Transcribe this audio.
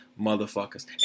motherfuckers